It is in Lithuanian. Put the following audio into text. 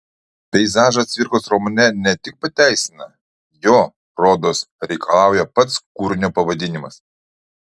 peizažą cvirkos romane ne tik pateisina jo rodos reikalauja pats kūrinio pavadinimas